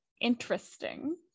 interesting